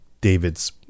David's